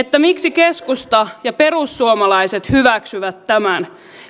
miksi keskusta ja perussuomalaiset hyväksyvät tämän